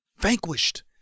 vanquished